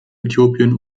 äthiopien